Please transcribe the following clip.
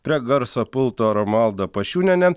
prie garso pulto romualda pašiūnienė